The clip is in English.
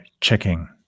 checking